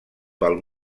pel